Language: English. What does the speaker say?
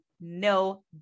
No